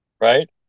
right